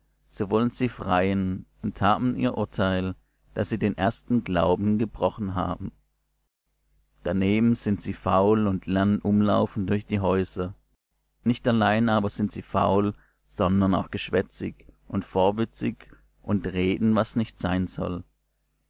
so wollen sie freien und haben ihr urteil daß sie den ersten glauben gebrochen haben daneben sind sie faul und lernen umlaufen durch die häuser nicht allein aber sind sie faul sondern auch geschwätzig und vorwitzig und reden was nicht sein soll